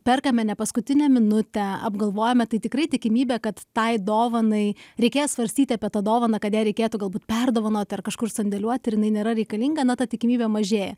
perkame ne paskutinę minutę apgalvojame tai tikrai tikimybė kad tai dovanai reikės svarstyti apie tą dovaną kad ją reikėtų galbūt perdovanoti ar kažkur sandėliuoti ir jinai nėra reikalinga na ta tikimybė mažėja